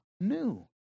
new